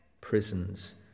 prisons